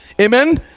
Amen